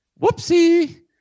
Whoopsie